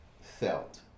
felt